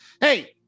hey